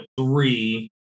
three